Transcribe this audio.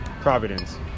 providence